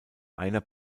einer